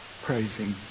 praising